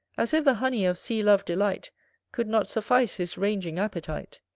as if the honey of sea-love delight could not suffice his ranging appetite,